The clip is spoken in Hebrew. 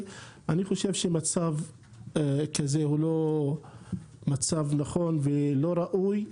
- אני חושב שמצב כזה הוא לא מצב נכון ולא ראוי.